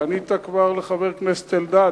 וענית כבר לחבר הכנסת אלדד,